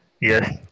yes